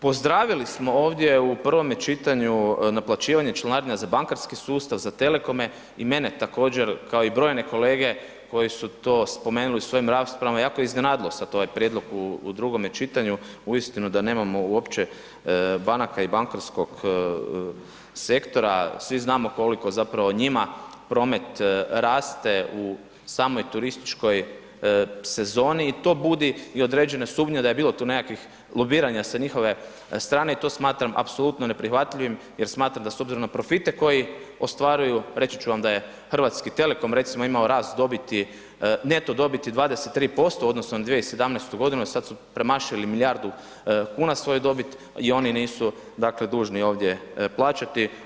Pozdravili smo ovdje u prvome čitanju naplaćivanje članarina za bankarski sustav, za telekome i mene također kao i brojne kolege koji su to spomenuli u svojim raspravama, jako je iznenadilo sad ovaj prijedlog u drugome čitanju uistinu da nemamo uopće banaka i bankarskog sektora, svi znamo koliko zapravo njima promet raste u samoj turističkoj sezoni i to budi i određene sumnje da je bilo tu nekakvih lobiranja sa njihove strane i to smatram apsolutno neprihvatljivim jer smatram da s obzirom na profite koji ostvaruju, reći ću vam da je Hrvatski telekom recimo, imao rast dobiti, neto dobiti 23% u odnosu na 2017.g. i sad su premašili milijardu kuna svoje dobit i oni nisu, dakle, dužni ovdje plaćati.